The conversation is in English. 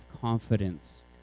confidence